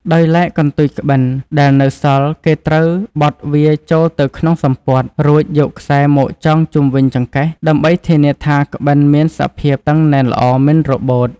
ដោយឡែកកន្ទុយក្បិនដែលនៅសល់គេត្រូវបត់វាចូលទៅក្នុងសំពត់ រួចយកខ្សែរមកចងជុំវិញចង្កេះដើម្បីធានាថាក្បិនមានសភាពតឹងណែនល្អមិនរបូត។